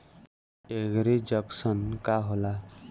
एगरी junction का होला?